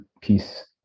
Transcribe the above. piece